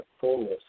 fullness